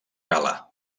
gala